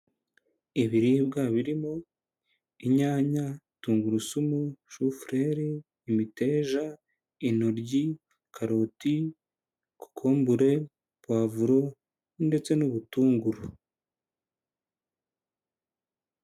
Ibiribwa birimo inyanya, tungurusumu, shufure, imiteja, intoryi, karoti, cokombure, poivro, ndetse n'ubutunguru.